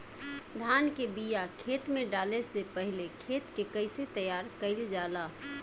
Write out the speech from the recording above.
धान के बिया खेत में डाले से पहले खेत के कइसे तैयार कइल जाला?